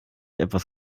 etwas